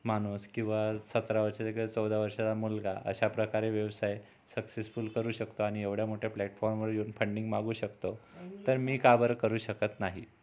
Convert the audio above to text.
माणूस किंवा सतरा वर्षाचा किंवा चौदा वर्षाचा मुलगा अशा प्रकारे व्यवसाय सक्सेसफुल करू शकतो आणि एवढ्या मोठ्या प्लॅटफॉर्मवर येऊन फंडिंग मागू शकतो तर मी का बरं करू शकत नाही